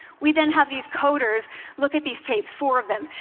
we then have these coders look at these tapes, four of them.